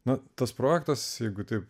na tas projektas jeigu taip